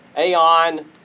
Aeon